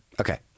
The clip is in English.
Okay